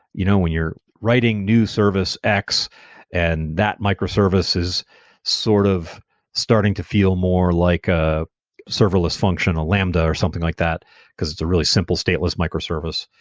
you know when you're writing new service x and that microservice is sort of starting to feel more like a serverless function, a lambda, or something like, because it's a really simple stateless microservice.